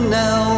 now